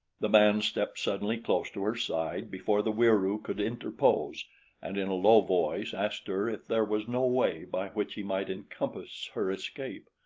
the man stepped suddenly close to her side before the wieroo could interpose and in a low voice asked her if there was no way by which he might encompass her escape.